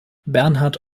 bernhard